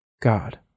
God